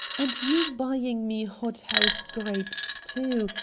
and you buying me hot-house grapes, too,